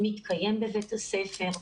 מתקיים בבית הספר,